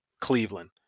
Cleveland